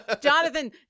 Jonathan